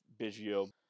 Biggio